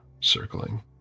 circling